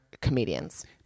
comedians